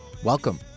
Welcome